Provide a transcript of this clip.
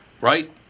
Right